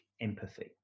empathy